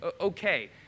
okay